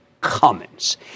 Cummins